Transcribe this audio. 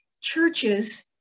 churches